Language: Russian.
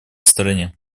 стороне